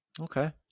okay